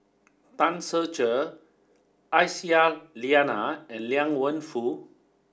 Tan Ser Cher Aisyah Lyana and Liang Wenfu